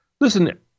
listen